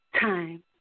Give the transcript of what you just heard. time